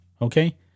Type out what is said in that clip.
okay